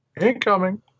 Incoming